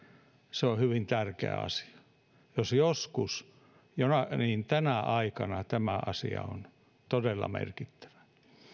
se on hyvin tärkeä asia jos joskus niin tänä aikana tämä asia on todella merkittävä